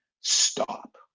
stop